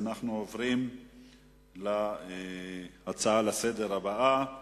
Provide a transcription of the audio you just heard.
אנחנו עוברים להצעה לסדר-היום הבאה,